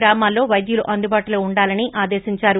గ్రామాల్లో వైద్యులు అందుబాటులో ఉండాలని ఆదేశించారు